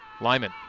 Lyman